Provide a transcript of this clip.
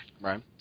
Right